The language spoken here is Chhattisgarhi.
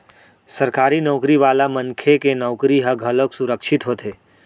सरकारी नउकरी वाला मनखे के नउकरी ह घलोक सुरक्छित होथे